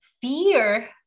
fear